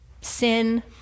sin